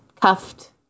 cuffed